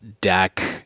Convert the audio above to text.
deck